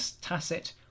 tacit